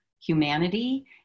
humanity